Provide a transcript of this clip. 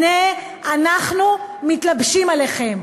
הנה אנחנו מתלבשים עליכם.